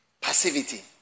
passivity